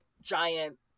giant